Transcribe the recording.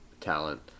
talent